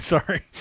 Sorry